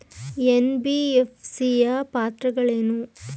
NBFC ಯ ಪಾತ್ರಗಳೇನು?